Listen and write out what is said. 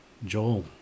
joel